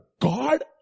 God